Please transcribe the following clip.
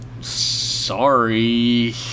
Sorry